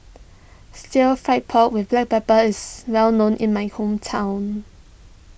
Stir Fry Pork with Black Pepper is well known in my hometown